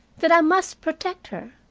that i must protect her.